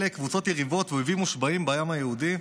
קבוצות יריבות ואויבים מושבעים בעם היהודי.